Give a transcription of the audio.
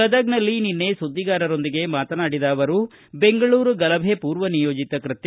ಗದಗನಲ್ಲಿ ನಿನ್ನೆ ಸುದ್ದಿಗಾರರೊಂದಿಗೆ ಮಾತನಾಡಿದ ಅವರು ಬೆಂಗಳೂರ ಗಲಭೆ ಪೂರ್ವ ನಿಯೋಜಿತ ಕೃತ್ತ